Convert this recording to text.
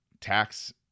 tax